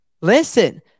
listen